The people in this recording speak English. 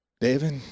David